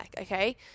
Okay